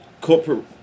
Corporate